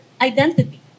identity